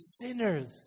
sinners